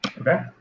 Okay